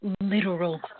literal